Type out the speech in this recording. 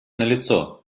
налицо